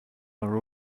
are